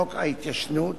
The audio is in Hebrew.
לחוק ההתיישנות,